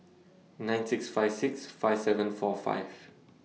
nine six five six five seven four five